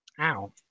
Ow